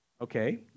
Okay